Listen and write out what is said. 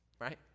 right